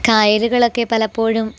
കായലുകളൊക്കെ പലപ്പോഴും